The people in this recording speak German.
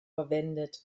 verwendet